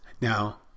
Now